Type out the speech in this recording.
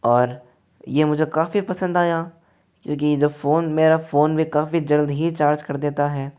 और ये मुझे काफ़ी पसंद आया क्योंकि जब फोन मेरा फोन भी काफ़ी जल्द ही चार्ज कर देता है